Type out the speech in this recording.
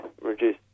reduce